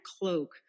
cloak